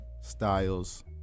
Styles